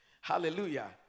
Hallelujah